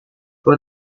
vor